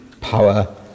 power